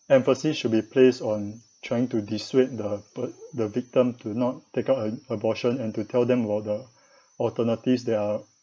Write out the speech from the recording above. emphasis should be placed on trying to dissuade the vic~ the victim to not take up an abortion and to tell them about the alternatives that are